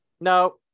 No